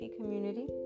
community